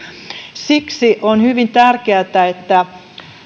siksi on hyvin tärkeätä että